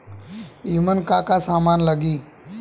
ईमन का का समान लगी?